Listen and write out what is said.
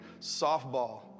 softball